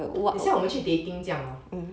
很像我们去 dating 这样 hor